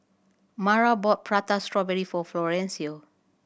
Mara bought Prata Strawberry for Florencio